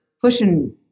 pushing